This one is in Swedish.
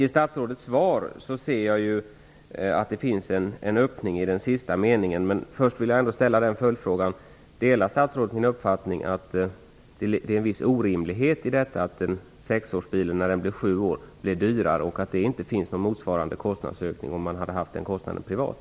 I statsrådets svar finns en öppning i den sista meningen. Först en följdfråga: Delar statsrådet min uppfattning att det är en viss orimlighet i att det blir dyrare när tjänstebilen blir sju år men att det inte skulle bli en motsvarande kostnadsökning om man hade haft bilen privat?